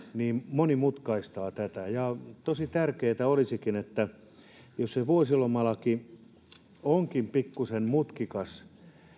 monimutkaistaa tätä tosi tärkeätä olisikin ymmärtää että jos vuosilomalaki onkin pikkuisen mutkikas